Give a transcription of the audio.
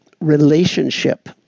relationship